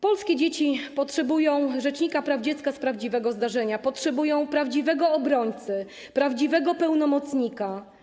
Polskie dzieci potrzebują rzecznika praw dziecka z prawdziwego zdarzenia, potrzebują prawdziwego obrońcy, prawdziwego pełnomocnika.